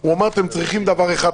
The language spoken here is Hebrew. הוא אמר: אתם צריכים דבר אחד,